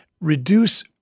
reduce